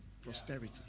prosperity